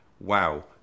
wow